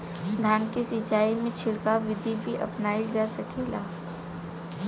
धान के सिचाई में छिड़काव बिधि भी अपनाइल जा सकेला?